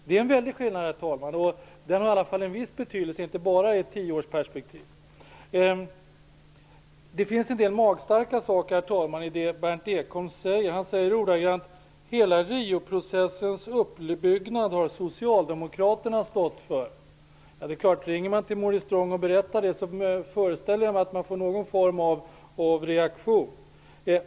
Det är en väldig skillnad som inte bara har en viss betydelse i ett tioårsperspektiv. Herr talman! Det finns en del magstarkt i det som Berndt Ekholm säger. Han sade att Socialdemokraterna har stått det svenska uppbyggnadsarbetet för hela Rioprocessen. Om man ringer till Maurice Strong och berättar detta föreställer jag mig att man får någon form av reaktion.